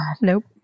Nope